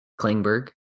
klingberg